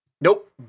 Nope